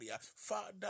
Father